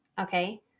Okay